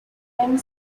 and